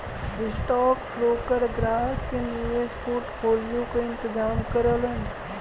stockbroker ग्राहक के निवेश पोर्टफोलियो क इंतजाम करलन